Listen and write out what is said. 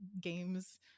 games